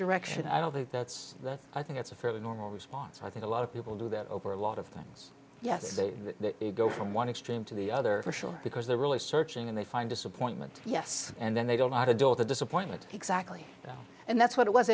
direction i don't think that's i think it's a fairly normal response i think a lot of people do that over a lot of things yes they go from one extreme to the other because they're really searching and they find disappointment yes and then they don't know how to deal with the disappointment exactly and that's what it was